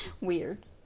Weird